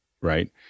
right